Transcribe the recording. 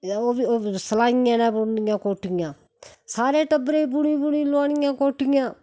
ओह् सलाइयें कन्नै बुननियां कोटियां सारै टब्बरै गी बुनी बुनी लोआनियां कोटियां